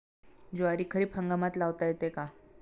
ज्वारी खरीप हंगामात लावता येते का?